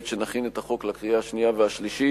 בעת שנכין את החוק לקריאה השנייה והשלישית,